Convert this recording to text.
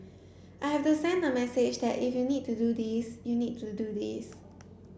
I have to send the message that if you need to do this you need to do this